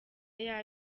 ayo